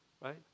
Right